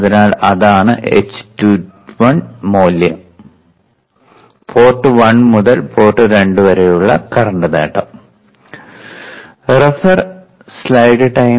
അതിനാൽ അതാണ് h21 മൂല്യം പോർട്ട് 1 മുതൽ പോർട്ട് 2 വരെയുള്ള കറന്റ് നേട്ടം